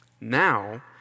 Now